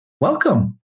Welcome